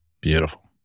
Beautiful